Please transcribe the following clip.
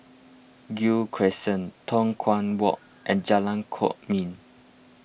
Gul Crescent Tua Kong Walk and Jalan Kwok Min